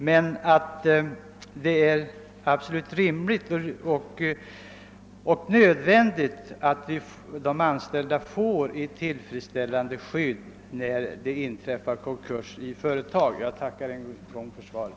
Det är emellertid absolut rimligt och nödvändigt att de anställda får ett tillfredsställande skydd vid konkurs. Jag tackar än en gång för svaret.